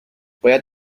باید